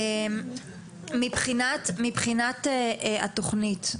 מבחינת התוכנית,